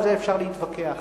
על זה אפשר להתווכח,